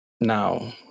now